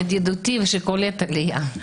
ידידותי שקולט עלייה.